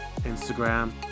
Instagram